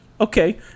Okay